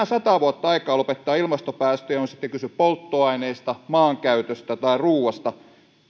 sataa vuotta aikaa lopettaa ilmastopäästöjä on sitten kyse polttoaineesta maankäytöstä tai ruuasta